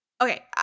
okay